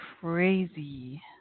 crazy